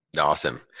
awesome